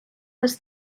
was